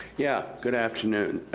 yeah, good afternoon.